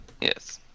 Yes